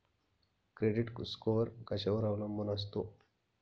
Credit score कशावर अवलंबून असतो?